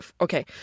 Okay